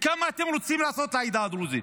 כמה אתם רוצים לעשות לעדה הדרוזית